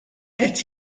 qed